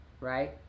right